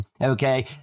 okay